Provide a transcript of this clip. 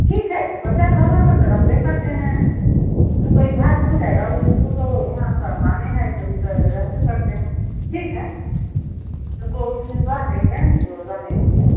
ठीक है उ पंचायत भवन पर त रहबे करते हैं उनको इनभाइट हो जाएगा उ उनको तो यहाँ का कामे है तो उ तो रहबे करते हैं ठीक है उनको उस दिन कह देंगे जो रहने के लिए